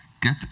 get